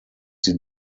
sie